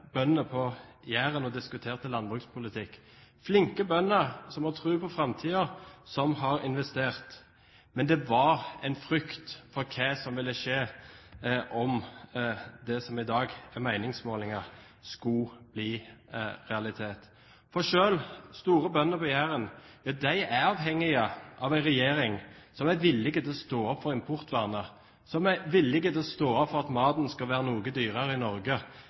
bøndene på Jæren og diskuterte landbrukspolitikk. Det er flinke bønder som har tro på framtiden, og som har investert. Men det var en frykt for hva som ville skje om det som i dag er meningsmålingene, skulle bli en realitet. For selv store bønder på Jæren er avhengige av en regjering som er villig til å stå opp for importvernet, som er villig til å stå opp for at maten skal være noe dyrere i Norge